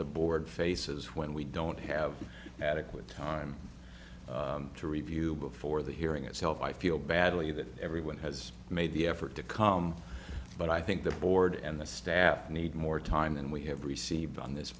the board faces when we don't have adequate time to review before the hearing itself i feel badly that everyone has made the effort to come but i think the board and the staff need more time than we have received on this